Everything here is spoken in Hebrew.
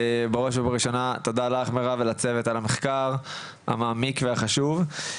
בראש ובראשונה תודה לך מירב ולצוות על המחקר המעמיק והחשוב.